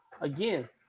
again